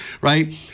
right